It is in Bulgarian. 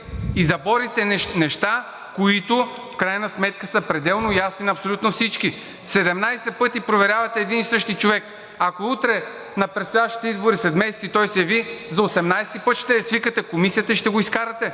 и да борите неща, които в крайна сметка са пределно ясни на абсолютно всички. 17 пъти проверявате един и същи човек. Ако утре на предстоящите избори след месеци той се яви за 18 път, ще свикате Комисията и ще го изкарате.